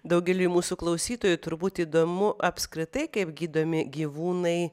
daugeliui mūsų klausytojų turbūt įdomu apskritai kaip gydomi gyvūnai